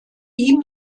ihm